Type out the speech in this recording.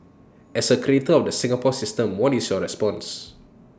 as A creator of the Singapore system what is your response